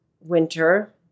winter